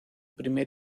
primer